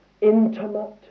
intimate